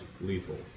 lethal